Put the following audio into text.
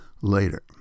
later